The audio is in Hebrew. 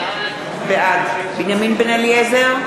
בעד בנימין בן-אליעזר,